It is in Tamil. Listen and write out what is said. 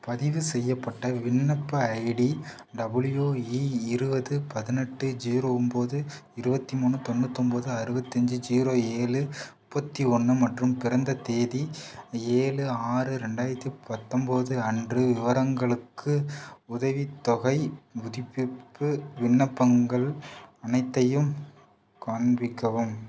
பதிவுசெய்யப்பட்ட விண்ணப்ப ஐடி டபுள்யூஇ இருபது பதினெட்டு ஜீரோ ஒன்போது இருபத்தி மூணு தொண்ணூத்தொன்போது அறுவத்தஞ்சி ஜீரோ ஏழு முப்பத்தி ஒன்று மற்றும் பிறந்த தேதி ஏழு ஆறு ரெண்டாயிரத்தி பத்தொன்போது அன்று விவரங்களுக்கு உதவித்தொகைப் புதுப்பிப்பு விண்ணப்பங்கள் அனைத்தையும் காண்பிக்கவும்